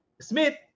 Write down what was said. Smith